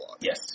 Yes